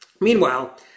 Meanwhile